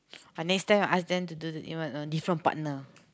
I next time I ask them to the uh with different partner